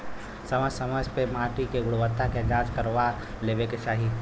समय समय पे माटी के गुणवत्ता के जाँच करवा लेवे के चाही